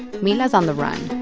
mila's on the run